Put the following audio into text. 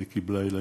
והיא קיבלה ילדים,